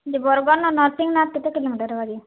ଦେ ବରଗଡ଼ ନ ନସିଂହନାଥ କେତେ କିଲୋମିଟର୍ ଭାରି